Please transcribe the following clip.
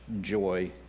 joy